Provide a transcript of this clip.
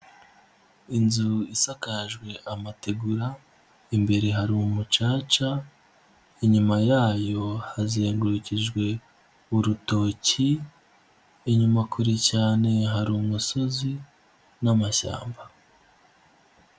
Inzu isakajwe amategura, imbere hari umucaca, inyuma yayo hazengurukijwe urutoki, inyuma kure cyane hari umusozi n'amashyamba.